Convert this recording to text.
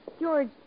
George